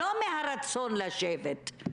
לא מהרצון לשבת.